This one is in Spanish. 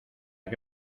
que